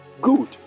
Good